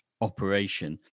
operation